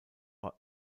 war